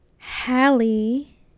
Hallie